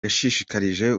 yashishikarije